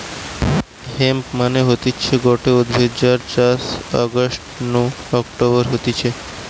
hemp মানে হতিছে গটে উদ্ভিদ যার চাষ অগাস্ট নু অক্টোবরে হতিছে